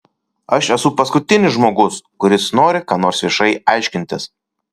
aš esu paskutinis žmogus kuris nori ką nors viešai aiškintis